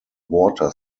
water